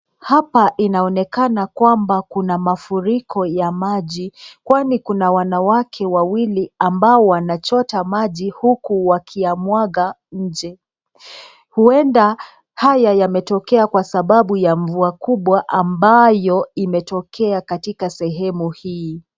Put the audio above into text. Hapa inaonekana kwamba kuna mafuriko ya maji, kwani kuna wanawake wawili ambao wanachota maji, huku wakimwaga nje huwenda haya yametokea kwa sababu, ya mvua kubwa ambayo imetokea katika sehemu hii.